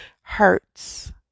hurts